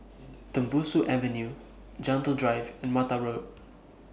Tembusu Avenue Gentle Drive and Mata Road